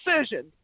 decision